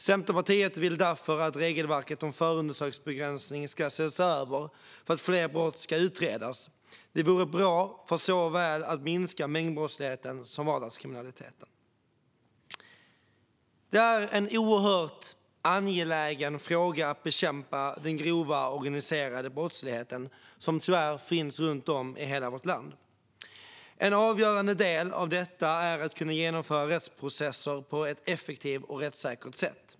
Centerpartiet vill därför att regelverket om förundersökningsbegränsning ska ses över för att fler brott ska utredas. Detta vore bra för att minska såväl mängdbrottsligheten som vardagskriminaliteten. Att bekämpa den grova organiserade brottsligheten, som tyvärr finns runt om i hela vårt land, är en oerhört angelägen fråga. En avgörande del av detta är att kunna genomföra rättsprocesser på ett effektivt och rättssäkert sätt.